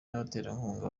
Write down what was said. n’abaterankunga